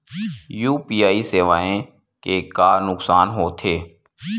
UPI सेवाएं के का नुकसान हो थे?